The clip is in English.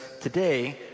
today